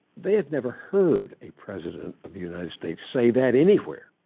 they have never heard a president of the united states say that anywhere.